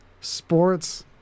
sports